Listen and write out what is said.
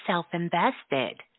Self-Invested